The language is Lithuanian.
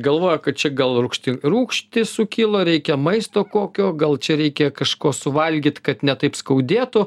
galvoja kad čia gal rūgšti rūgštys sukilo reikia maisto kokio gal čia reikia kažko suvalgyt kad ne taip skaudėtų